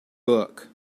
book